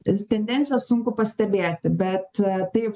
tas tendencijas sunku pastebėti bet taip